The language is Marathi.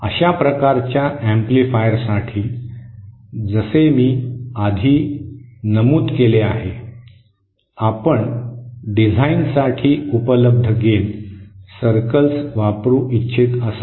अशा प्रकारच्या एम्प्लिफायरसाठी जसे मी आधी मी नमूद केले आहे आपण डिझाइनसाठी उपलब्ध गेन सर्कल्स वापरू इच्छित असाल